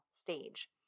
stage